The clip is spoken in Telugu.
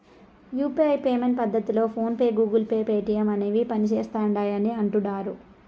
యూ.పీ.ఐ పేమెంట్ పద్దతిలో PhonePe, Google Pay, Paytm అనేవి పనిసేస్తిండాయని అంటుడారు